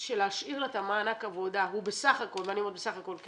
של להשאיר לה את המענק עבודה הוא בסך הכל --- ואני כבר כמה שנים